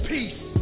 Peace